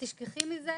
ותשכחי מזה.